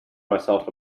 myself